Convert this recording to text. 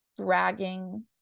dragging